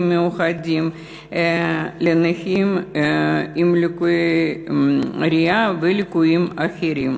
מיוחדים לנכים עם ליקוי ראייה וליקויים אחרים.